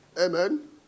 Amen